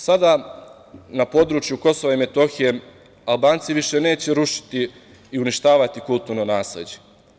Sada na području KiM Albanci više neće rušiti i uništavati kulturno nasleđe.